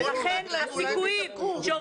בוא נדאג להם, אולי הם יידבקו.